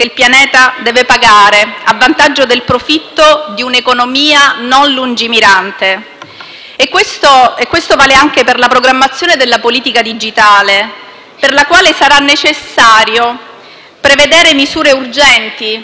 Questo vale anche per la programmazione della politica digitale, per la quale sarà necessario prevedere misure urgenti per la tutela e la difesa dei diritti della nuova cittadinanza digitale, per permettere